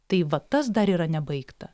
tai va tas dar yra nebaigta